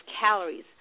calories